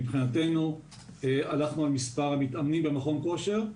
מבחינתנו הלכנו על מספר המתאמנים במכון כושר,